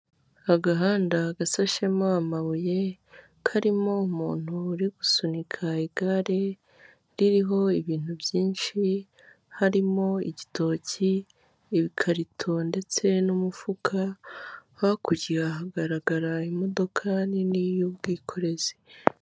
Agahanda gasashemo amabuye, karimo umuntu uri gusunika igare ririho ibintu byinshi, harimo igitoki, ibikarito, ndetse n'umufuka, hakurya hagaragara imodoka nini y'ubwikorezi.